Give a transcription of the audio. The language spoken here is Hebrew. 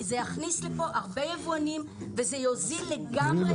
זה יכניס לפה הרבה יבואנים וזה יוזיל לגמרי